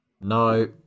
No